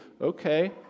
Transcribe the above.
Okay